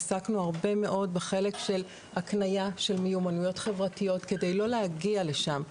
עסקנו הרבה מאוד בחלק של הקנייה של מיומנויות חברתית כדי לא להגיע לשם.